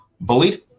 bullied